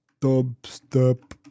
dubstep